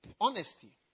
honesty